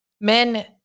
men